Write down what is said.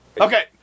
Okay